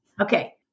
Okay